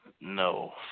No